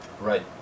Right